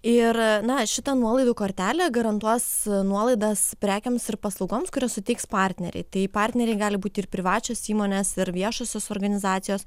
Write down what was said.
ir na šita nuolaidų kortelė garantuos nuolaidas prekėms ir paslaugoms kurias suteiks partneriai tai partneriai gali būti ir privačios įmonės ir viešosios organizacijos